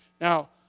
Now